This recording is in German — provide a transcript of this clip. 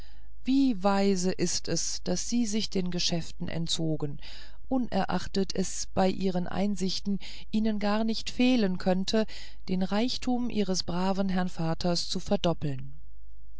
wie weise ist es daß sie sich den geschäften entzogen unerachtet es bei ihren einsichten ihnen gar nicht fehlen könnte den reichtum ihres braven herrn vaters zu verdoppeln